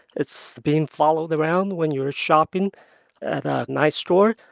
it's being followed around when you are shopping at a nice store,